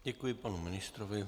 Děkuji panu ministrovi.